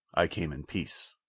i came in peace.